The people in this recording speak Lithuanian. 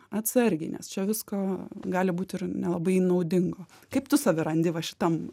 atsargiai nes čia visko gali būti ir nelabai naudingo kaip tu save randi va šitam